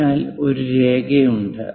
അതിനാൽ ഒരു രേഖയുണ്ട്